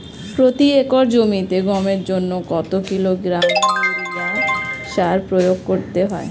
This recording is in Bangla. প্রতি একর জমিতে গমের জন্য কত কিলোগ্রাম ইউরিয়া সার প্রয়োগ করতে হয়?